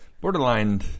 borderline